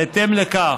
בהתאם לכך,